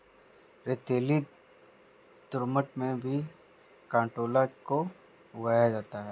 रेतीली दोमट में भी कंटोला को उगाया जाता है